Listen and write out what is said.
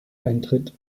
eintritt